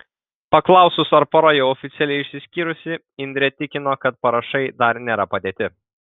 paklausus ar pora jau oficialiai išsiskyrusi indrė tikino kad parašai dar nėra padėti